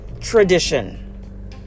tradition